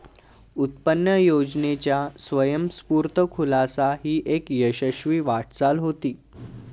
उत्पन्न योजनेचा स्वयंस्फूर्त खुलासा ही एक यशस्वी वाटचाल होती